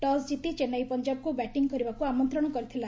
toss ଜିତି ଚେନ୍ନାଇ ପଞ୍ଜାବକୁ batting କରିବାକୁ ଆମନ୍ତ୍ରଣ କରିଥିଲା